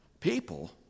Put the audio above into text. people